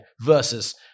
versus